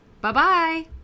Bye-bye